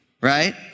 right